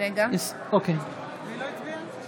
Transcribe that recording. (קוראת בשם חבר הכנסת)